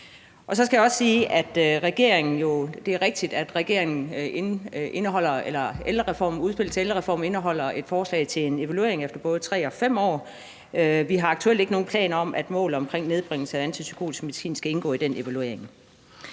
at udspillet til ældrereformen indeholder et forslag til en evaluering efter både 3 og 5 år. Vi har aktuelt ikke nogen planer om, at et mål om nedbringelse af antipsykotisk medicin skal indgå i den evaluering.